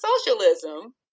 socialism